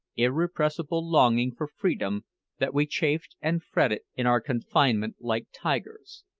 irrepressible longing for freedom that we chafed and fretted in our confinement like tigers.